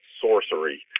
sorcery